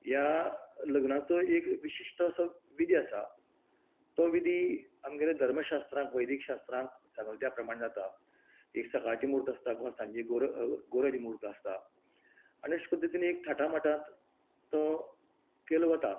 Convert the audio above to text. ह्या लग्नाचो एक विशिश्ट असो विधी आसा तो आमगेल्या धर्म शास्त्रांत वेदीक शास्त्रांत सांगल्या त्या प्रमाणे जाता एक सकाळचे म्हुर्त आसता किंवां सांजे गोरज म्हुर्त आसता आनी अशें पद्दतीन एक थाटा माटांत तो केलो वता